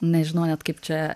nežinau net kaip čia